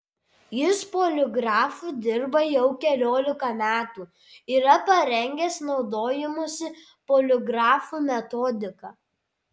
jis poligrafu dirba jau keliolika metų yra parengęs naudojimosi poligrafu metodiką